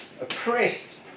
oppressed